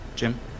Jim